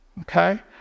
Okay